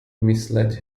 misled